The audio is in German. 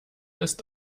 ist